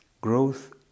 growth